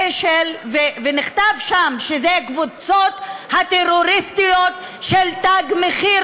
ונכתב שם שאלה הקבוצות הטרוריסטיות של תג מחיר,